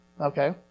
Okay